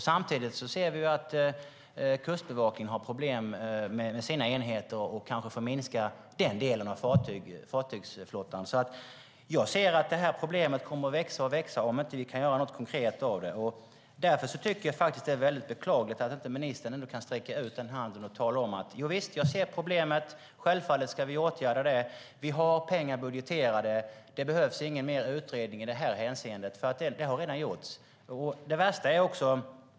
Samtidigt ser vi att Kustbevakningen har problem med sina enheter och kanske får minska den delen av fartygsflottan. Jag ser att problemet kommer att växa om vi inte kan göra något konkret av det. Därför är det väldigt beklagligt att inte ministern kan sträcka ut handen och tala om: Visst, jag ser problemet. Självfallet ska vi åtgärda det. Vi har pengar budgeterade. Det behövs ingen mer utredning i det här hänseendet, eftersom det redan har gjorts.